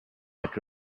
that